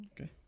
Okay